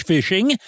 Fishing